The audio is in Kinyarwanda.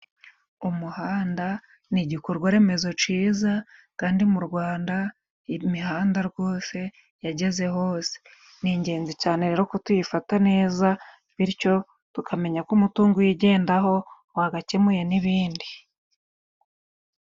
Umuhanda ni igikorwa remezo cyiza, kandi mu Rwanda imihanda rwose yageze hose. Ni ingenzi cyane rero ko tuyifata neza, bityo tukamenya ko umutungo uyigendaho wagakemuye n'ibindi.